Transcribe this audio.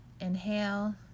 inhale